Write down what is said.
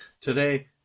Today